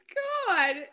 god